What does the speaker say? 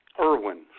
Irwin